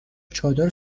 چادر